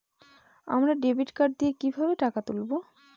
আমরা debit card দিয়ে কিভাবে টাকা তুলবো?